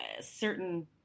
certain